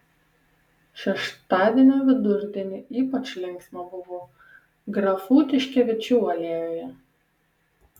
šeštadienio vidurdienį ypač linksma buvo grafų tiškevičių alėjoje